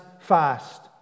fast